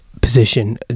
position